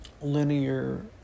linear